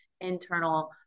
internal